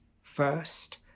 first